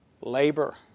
labor